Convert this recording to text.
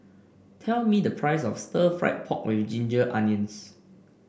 tell me the price of Stir Fried Pork with Ginger Onions